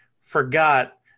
forgot